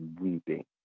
weeping